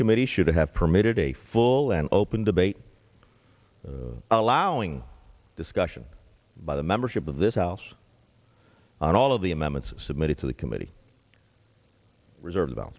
committee should have permitted a full and open debate allowing discussion by the membership of this house on all of the amendments submitted to the committee reserved about